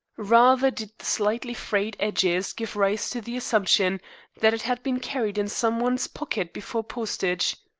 rather did the slightly frayed edges give rise to the assumption that it had been carried in some one's pocket before postage.